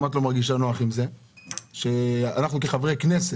את לא מרגישה נוח עם זה שאנחנו כחברי כנסת,